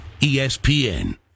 ESPN